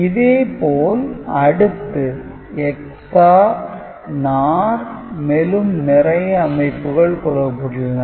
இதே போல் அடுத்து XOR NOR மேலும் நிறைய அமைப்புகள் கொடுக்கப்பட்டுள்ளன